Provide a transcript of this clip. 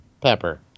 pepper